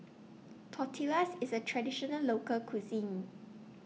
Tortillas IS A Traditional Local Cuisine